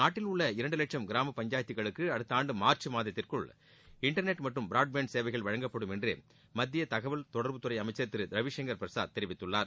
நாட்டில் உள்ள இரண்டு வட்சம் கிராம பஞ்சாயத்துகளுக்கு அடுத்த ஆணடு மார்ச் மாதத்திற்குள் இன்டர்நெட் மற்றும் ப்ராட்பேண்ட் சேவைகள் வழங்கப்படும் என்று மத்திய தகவல் தொடர்புத்துறை அமைச்சர் திரு ரவிசங்கர் பிரசாத் தெரிவித்துள்ளார்